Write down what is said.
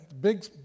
Big